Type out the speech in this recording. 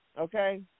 Okay